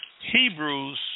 Hebrews